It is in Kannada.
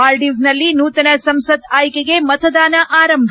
ಮಾಲ್ಡೀವ್ಸ್ನಲ್ಲಿ ನೂತನ ಸಂಸತ್ ಆಯ್ಡೆಗೆ ಮತದಾನ ಆರಂಭ